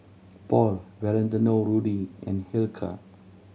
Paul Valentino Rudy and Hilker